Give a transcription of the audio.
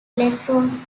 electrons